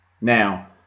now